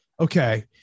okay